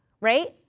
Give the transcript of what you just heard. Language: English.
right